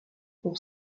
pour